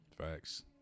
Facts